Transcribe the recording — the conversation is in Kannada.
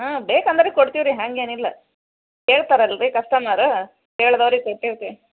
ಹಾಂ ಬೇಕಂದ್ರೆ ಕೊಡ್ತಿವಿ ರೀ ಹಾಗೇನಿಲ್ಲ ಕೇಳ್ತಾರಲ್ಲರಿ ಕಸ್ಟಮರ್ ಕೇಳ್ದವ್ರಿಗೆ ಕೊಟ್ಟು ಇರ್ತಿವಿ